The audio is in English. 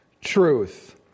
truth